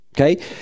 okay